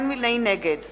נגד